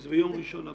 שזה ביום ראשון הבא.